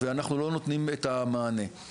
ואנחנו לא נותנים את המענה.